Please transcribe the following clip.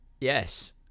yes